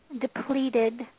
depleted